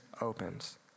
opens